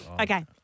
Okay